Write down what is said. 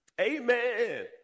Amen